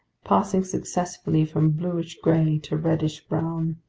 passing successively from bluish gray to reddish brown.